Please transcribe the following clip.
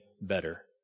better